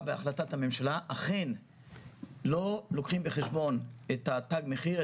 בהחלטת הממשלה אכן לא לוקחים בחשבון את התג מחיר,